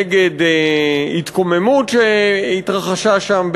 נגד התקוממות שהתרחשה שם,